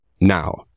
Now